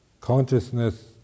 Consciousness